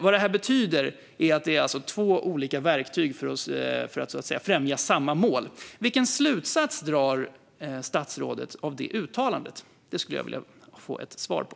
Vad det betyder är att det är två olika verktyg för att främja samma mål. Vilken slutsats drar statsrådet av detta uttalande? Det skulle jag vilja få ett svar på.